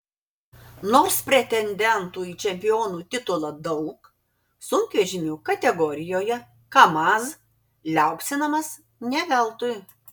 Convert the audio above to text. nors pretendentų į čempionų titulą daug sunkvežimių kategorijoje kamaz liaupsinamas ne veltui